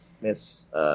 Miss